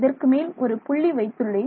இதற்கு மேல் ஒரு புள்ளி வைத்துள்ளேன்